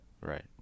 right